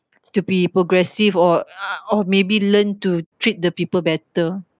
to be progressive or uh or maybe learn to treat the people better